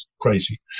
crazy